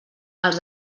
els